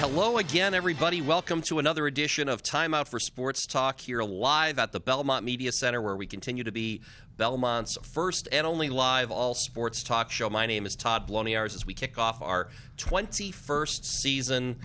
hello again everybody welcome to another edition of time out for sports talk here a lot about the belmont media center where we continue to be belmont's first and only live all sports talk show my name is todd lonnie hours as we kick off our twenty first season